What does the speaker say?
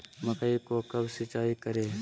मकई को कब सिंचाई करे?